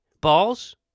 Balls